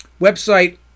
website